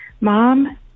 Mom